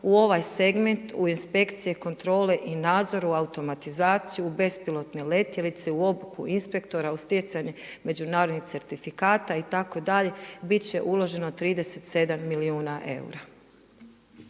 u ovaj segment u inspekcije kontrole i nadzoru, automatizaciju bespilotne letjelice u obuku inspektora u stjecanje međunarodnih certifikata itd. bit će uloženo 37 milijuna eura.